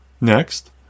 Next